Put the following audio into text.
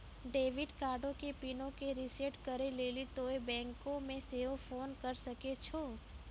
debit कार्डो के पिनो के रिसेट करै लेली तोंय बैंको मे सेहो फोन करे सकै छो